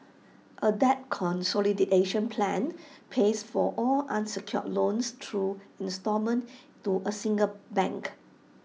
A debt consolidation plan pays for all unsecured loans through instalment to A single bank